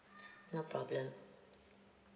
no problem